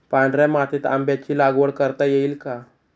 पांढऱ्या मातीत आंब्याची लागवड करता येईल का?